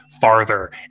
farther